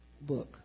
book